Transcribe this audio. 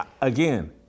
Again